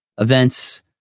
Events